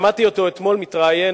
שמעתי אותו אתמול מתראיין